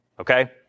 okay